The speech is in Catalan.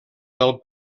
del